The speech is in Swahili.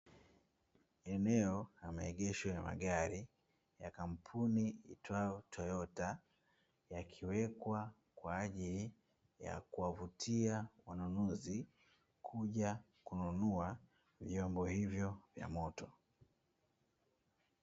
Eneo la maegesho ya magari ya kampuni iitwayo "Toyota" yakiwekwa kwa ajili ya kuwavutia wanunuzi kuja kununua vyombo hivyo vya moto.